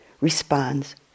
responds